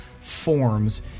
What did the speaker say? forms